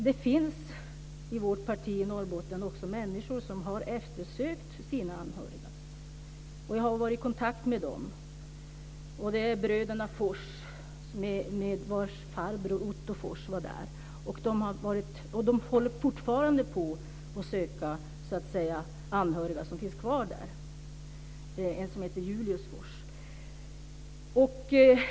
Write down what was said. Det finns i vårt parti i Norrbotten människor som har eftersökt sina anhöriga. Jag har varit i kontakt med dem. Det är bröderna Fors vars farbror Otto Fors var där. De håller fortfarande på att söka anhöriga som finns kvar där. Det gäller en person heter Julius Fors.